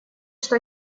что